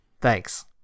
Thanks